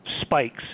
spikes